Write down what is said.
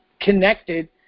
connected